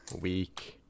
Week